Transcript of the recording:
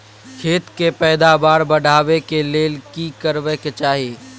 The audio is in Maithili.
खेत के पैदावार बढाबै के लेल की करबा के चाही?